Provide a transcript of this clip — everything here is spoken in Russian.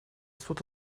суд